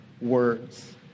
words